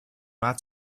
not